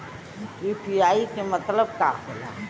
UPI के मतलब का होला?